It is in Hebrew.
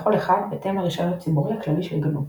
לכל אחד בהתאם לרישיון הציבורי הכללי של גנו.